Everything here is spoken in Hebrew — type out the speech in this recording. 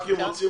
מי רוצה